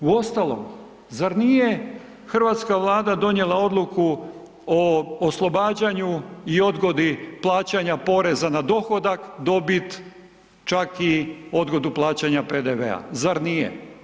U ostalom zar nije hrvatska Vlada donijela odluku o oslobađanju i odgodi plaćanja poreza na dohodak, dobit, čak i odgodu plaćanja PDV-a, zar nije?